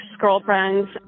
girlfriends